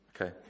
Okay